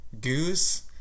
goose